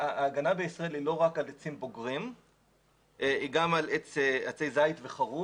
ההגנה בישראל היא לא רק על עצים בוגרים אלא היא גם על עצי זית וחרוב.